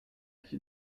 qui